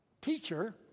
Teacher